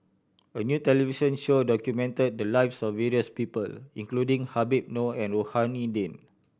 a new television show documented the lives of various people including Habib Noh and Rohani Din